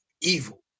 evil